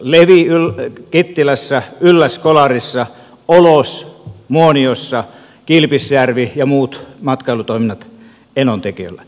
levi kittilässä ylläs kolarissa olos muoniossa kilpisjärvi ja muut matkailutoiminnat enontekiöllä